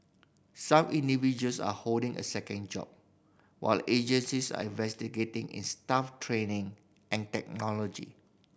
some individuals are holding a second job while agencies are investing in staff training and technology